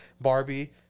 Barbie